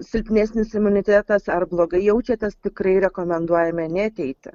silpnesnis imunitetas ar blogai jaučiatės tikrai rekomenduojame neateiti